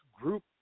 group